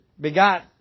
begot